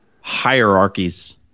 hierarchies